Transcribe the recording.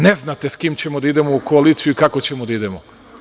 Ne znate sa kim ćemo da idemo u koaliciju i kako ćemo da idemo.